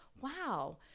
Wow